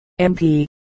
MP